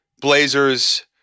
Blazers